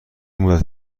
مدت